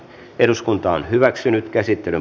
eduskunta on hyväksynyt käsitteiden